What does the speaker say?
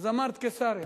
אז אמרת קיסריה,